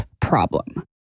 problem